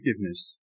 forgiveness